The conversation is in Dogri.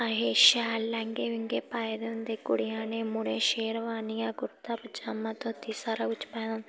असें शैल लैंह्गे वैंह्गे पाए दे होंदे कुड़ियां ने मुड़ें शेरवानियां कुर्ता पचामा धोती सारा कुछ पाए दा होंदा